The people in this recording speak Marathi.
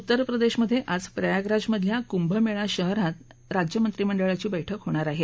उत्तर प्रदेशमधे आज प्रयागराज मधल्या कुभं मेळा शहरात राज्य मंत्रिमंडळांची बैठक होणार आहे